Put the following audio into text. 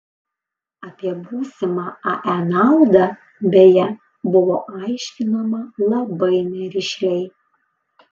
apie būsimą ae naudą beje buvo aiškinama labai nerišliai